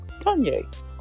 Kanye